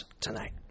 tonight